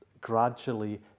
gradually